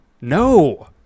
No